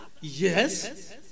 Yes